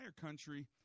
country